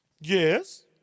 yes